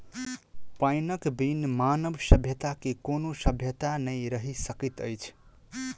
पाइनक बिन मानव सभ्यता के कोनो सभ्यता नै रहि सकैत अछि